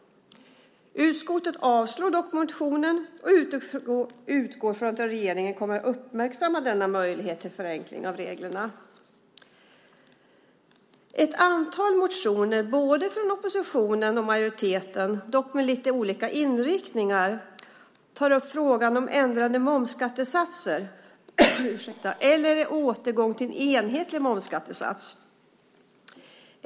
Utskottet avstyrker dock motionen och utgår från att regeringen kommer att uppmärksamma denna möjlighet till förenkling av reglerna. Ett antal motioner både från oppositionen och från majoriteten, dock med lite olika inriktningar, tar upp frågan om ändrade momssatser eller en återgång till en enhetlig momssats.